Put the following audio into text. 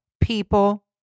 People